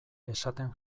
esaten